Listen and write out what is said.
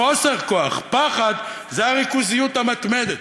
חוסר כוח, פחד, זה הריכוזיות המתמדת.